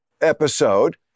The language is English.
episode